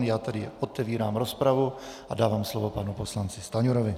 Já tady otevírám rozpravu a dávám slovo panu poslanci Stanjurovi.